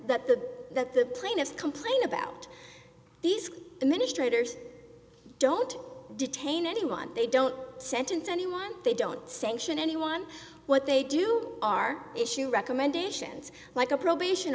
that the that the plaintiff complain about these administrators don't detain anyone they don't sentence anyone they don't sanction anyone what they do are issue recommendations like a probation